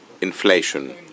inflation